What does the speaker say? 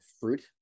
fruit